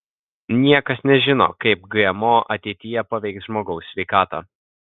niekas nežino kaip gmo ateityje paveiks žmogaus sveikatą